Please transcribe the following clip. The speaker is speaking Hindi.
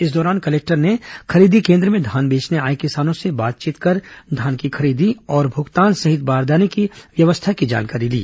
इस दौरान कलेक्टर ने खरीदी केन्द्र में धान बेचने आए किसानों से बातचीत कर धान की खरीदी और भुगतान सहित बारदाने की व्यवस्था की जानकारी ली